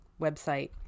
website